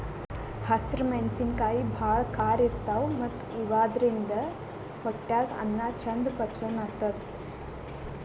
ಹಸ್ರ್ ಮೆಣಸಿನಕಾಯಿ ಭಾಳ್ ಖಾರ ಇರ್ತವ್ ಮತ್ತ್ ಇವಾದ್ರಿನ್ದ ಹೊಟ್ಯಾಗ್ ಅನ್ನಾ ಚಂದ್ ಪಚನ್ ಆತದ್